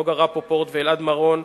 נגה רפפורט ואלעד מרון,